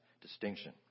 distinction